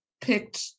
picked